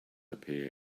appear